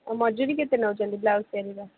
ଆଉ ମଜୁରୀ କେତେ ନେଉଛନ୍ତି ବ୍ଲାଉଜ୍ ତିଆରିର